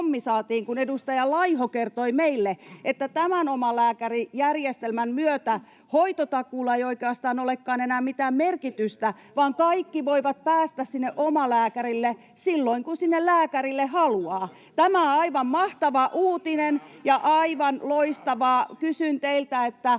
kun edustaja Laiho kertoi meille, että tämän omalääkärijärjestelmän myötä hoitotakuulla ei oikeastaan olekaan enää mitään merkitystä, vaan kaikki voivat päästä sinne omalääkärille silloin, kun sinne lääkärille haluaa. [Mia Laihon välihuuto] Tämä on aivan mahtava uutinen ja aivan loistavaa. Kysyn teiltä: